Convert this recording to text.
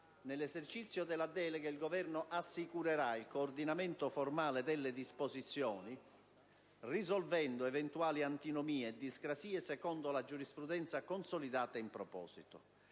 Nell'esercizio della delega, il Governo assicurerà il coordinamento formale delle disposizioni, risolvendo eventuali antinomie e discrasie secondo la giurisprudenza consolidata in proposito.